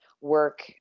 work